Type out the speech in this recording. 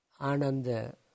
Ananda